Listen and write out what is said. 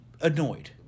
annoyed